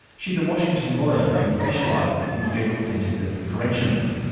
she's a washington lawyer who specialises in federal sentences and corrections.